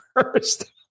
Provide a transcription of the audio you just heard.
first